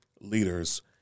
leaders